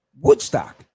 Woodstock